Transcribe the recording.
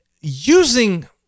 using